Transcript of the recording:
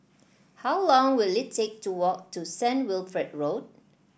how long will it take to walk to Saint Wilfred Road